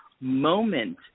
moment